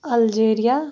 Al Jazeera